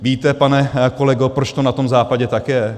Víte, pane kolego, proč to na tom Západě tak je?